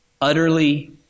utterly